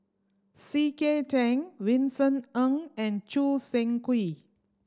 C K Tang Vincent Ng and Choo Seng Quee